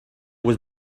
was